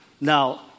Now